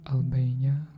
Albania